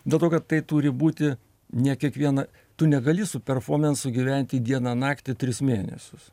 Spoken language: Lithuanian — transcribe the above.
dėl to kad tai turi būti ne kiekvieną tu negali su performansu gyventi dieną naktį tris mėnesius